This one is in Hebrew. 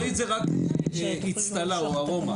לפעמים ה"מקצועית" זה רק אצטלה או ארומה,